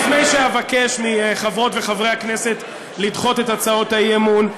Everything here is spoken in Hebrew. לפני שאבקש מחברות וחברי הכנסת לדחות את הצעות האי-אמון,